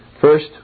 First